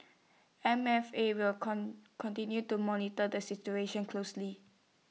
M F A will continue to monitor the situation closely